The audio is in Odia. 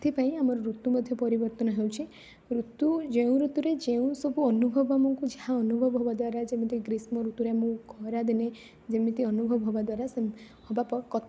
ସେଥିପାଇଁ ଆମ ଋତୁ ମଧ୍ୟ ପରିବର୍ତ୍ତନ ହେଉଛି ଋତୁ ଯେଉଁ ଋତୁରେ ଯେଉଁ ସବୁ ଅନୁଭବ ଆମକୁ ଯାହା ଅନୁଭବ ହେବା ଦ୍ୱାରା ଯେମିତି ଗ୍ରୀଷ୍ମ ଋତୁରେ ଆମକୁ ଖରାଦିନେ ଯେମିତି ଅନୁଭବ ହେବା ଦ୍ୱାରା କଥା